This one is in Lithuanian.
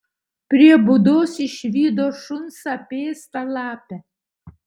prie būdos išvydo šuns apėstą lapę